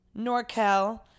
NorCal